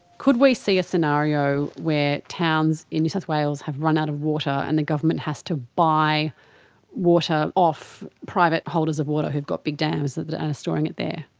could we see a scenario where towns in new south wales have run out of water and the government has to buy water off private holders of water who've got big dams and storing it there?